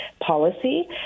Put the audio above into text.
policy